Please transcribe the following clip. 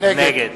נגד